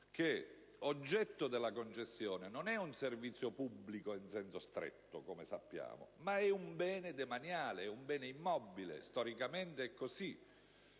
che oggetto della concessione non è un servizio pubblico in senso stretto ma un bene demaniale, un bene immobile - storicamente è così